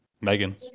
Megan